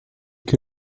que